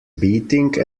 beating